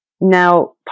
Now